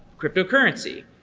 cryptocurrency.